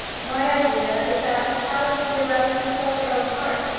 my idea is that a child should be allowed to consult her own heart,